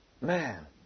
Man